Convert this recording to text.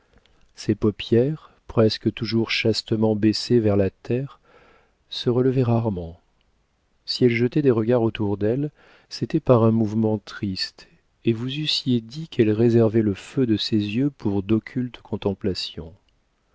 ses paupières presque toujours chastement baissées vers la terre se relevaient rarement si elle jetait des regards autour d'elle c'était par un mouvement triste et vous eussiez dit qu'elle réservait le feu de ses yeux pour d'occultes contemplations